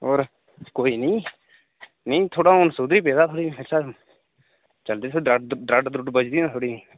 होर कोई निं थोह्ड़ा हू'न सुधरी पेदा थोह्ड़ा द्रंड बजदी निं थोह्ड़ी नेही